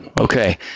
Okay